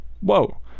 whoa